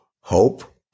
hope